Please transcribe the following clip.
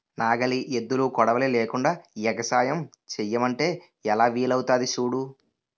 నాగలి, ఎద్దులు, కొడవలి లేకుండ ఎగసాయం సెయ్యమంటే ఎలా వీలవుతాది సూడు